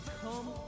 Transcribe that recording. Come